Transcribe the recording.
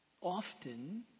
often